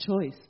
choice